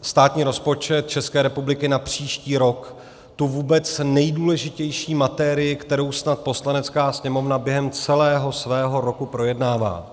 státní rozpočet České republiky na příští rok, tu vůbec nejdůležitější materii, kterou snad Poslanecká sněmovna během celého svého roku projednává.